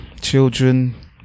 children